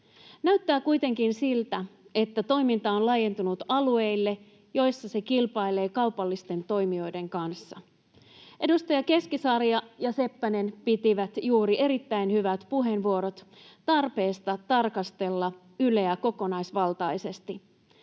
Näyttää kuitenkin siltä, että toiminta on laajentunut alueille, joilla se kilpailee kaupallisten toimijoiden kanssa. Edustajat Keskisarja ja Seppänen pitivät juuri erittäin hyvät puheenvuorot tarpeesta tarkastella Yleä kokonaisvaltaisesti.